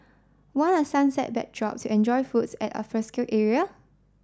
want a sunset backdrop to enjoy foods at alfresco area